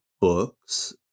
books